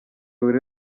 buri